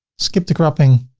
skip the cropping,